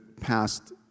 past